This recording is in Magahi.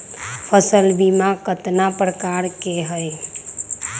फसल बीमा कतना प्रकार के हई?